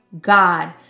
God